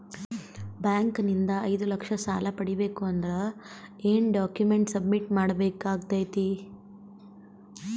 Bank ನಿಂದ ಐದು ಲಕ್ಷ ಸಾಲ ಪಡಿಬೇಕು ಅಂದ್ರ ಏನ ಡಾಕ್ಯುಮೆಂಟ್ ಸಬ್ಮಿಟ್ ಮಾಡ ಬೇಕಾಗತೈತಿ?